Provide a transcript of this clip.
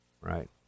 right